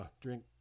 drink